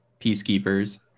peacekeepers